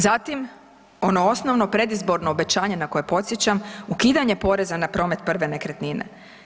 Zatim, ono osnovno predizborno obećanje na koje podsjećam, ukidanje poreza na promet prve nekretnine.